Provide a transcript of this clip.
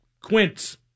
Quint